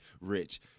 Rich